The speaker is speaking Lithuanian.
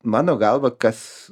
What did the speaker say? mano galva kas